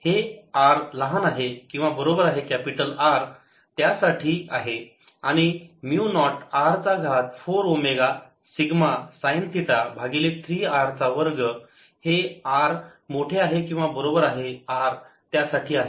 हे r लहान आहे किंवा बरोबर आहे कॅपिटल R त्यासाठी आहे आणि म्यु नॉट R चा घात 4 ओमेगा सिग्मा साईन थिटा भागिले 3 r चा वर्ग हे r मोठे आहे किंवा बरोबर आहे R त्यासाठी आहे